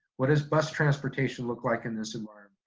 what does bus transportation look like in this environment?